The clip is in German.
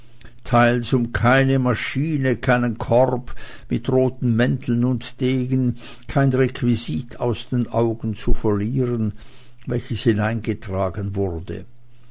teils um keine maschine keinen korb mit roten mänteln und degen kein requisit aus den augen zu verlieren welches hineingetragen wurde